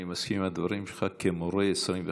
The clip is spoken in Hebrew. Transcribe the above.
אני מסכים עם הדברים שלך כמורה 25 שנים.